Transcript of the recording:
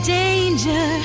danger